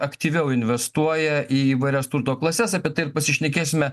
aktyviau investuoja į įvairias turto klases apie tai ir pasišnekėsime